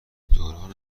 دوران